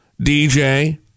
DJ